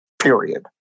period